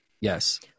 Yes